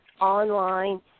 online